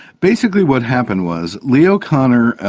basically what happened was leo kanner,